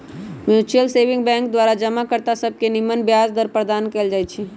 mutual saving bank द्वारा जमा कर्ता सभके निम्मन ब्याज दर प्रदान कएल जाइ छइ